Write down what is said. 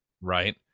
Right